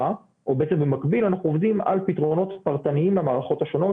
במקביל אנחנו עובדים על פתרונות פרטניים למערכות השונות,